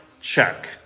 check